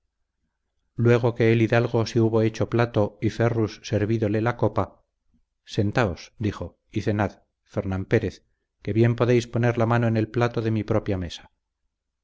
luego que el hidalgo le hubo hecho plato y ferrus servídole la copa sentaos dijo y cenad fernán pérez que bien podéis poner la mano en el plato de mi propia mesa